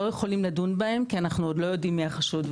יכולים לדון בהם כי אנחנו לא יודעים מי החשוד,